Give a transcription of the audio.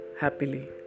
happily